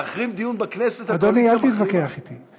להחרים דיון בכנסת, אדוני, אל תתווכח אתי.